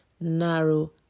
narrow